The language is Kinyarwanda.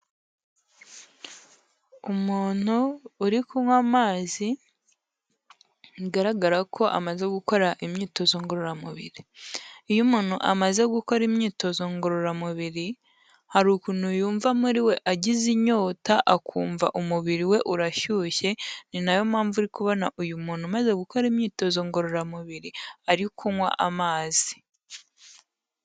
Umuntu uri kunywa amazi, bigaragara ko amaze gukora imyitozo ngororamubiri. Iyo umuntu amaze gukora imyitozo ngororamubiri, hari ukuntu yumva muri we agize inyota, akumva umubiri we urashyushye, ni na yo mpamvu uri kubona uyu muntu umaze gukora imyitozo ngororamubiri ari kunywa amazi.